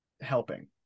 helping